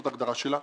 זאת ההגדרה שלה.